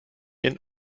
ihren